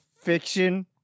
fiction